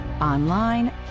online